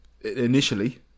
initially